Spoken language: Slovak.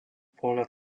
pohľad